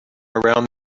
around